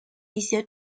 一些